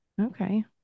Okay